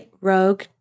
Rogue